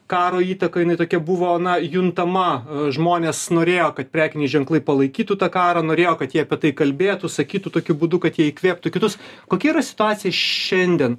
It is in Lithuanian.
karo įtaka jinai tokia buvo juntama žmonės norėjo kad prekiniai ženklai palaikytų tą karą norėjo kad jie apie tai kalbėtų sakytų tokiu būdu kad jie įkvėptų kitus kokia yra situacija š šiandien